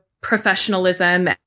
professionalism